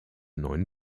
neuen